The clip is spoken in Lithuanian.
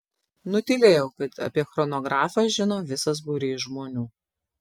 nutylėjau kad apie chronografą žino visas būrys žmonių